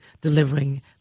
delivering